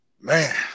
man